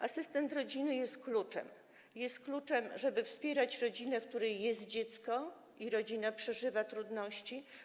Asystent rodziny jest kluczem, jest kluczem, żeby wspierać rodzinę, w której jest dziecko i która przeżywa trudności.